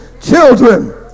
children